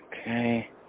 okay